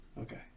okay